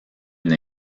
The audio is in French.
une